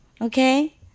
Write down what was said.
okay